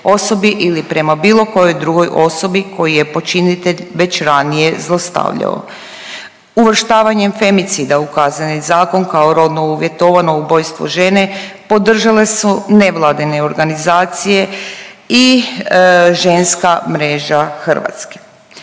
ili prema bilo kojoj drugoj osobi koji je počinitelj već ranije zlostavljao. Uvrštavanjem femicida u Kazneni zakon kao rodno uvjetovano ubojstvo žene, podržale su nevladine organizacije i ženska mreža Hrvatske.